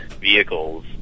vehicles